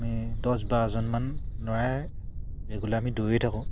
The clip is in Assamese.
আমি দছ বাৰজনমান ল'ৰাই ৰেগুলাৰ আমি দৌৰি থাকোঁ